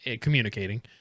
communicating